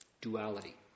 duality